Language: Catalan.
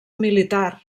militar